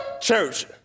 church